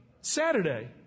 Saturday